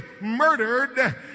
murdered